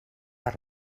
per